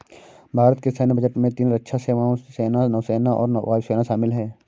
भारत के सैन्य बजट में तीन रक्षा सेवाओं, सेना, नौसेना और वायु सेना शामिल है